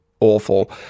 awful